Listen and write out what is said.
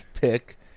pick